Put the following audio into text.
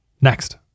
Next